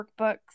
workbooks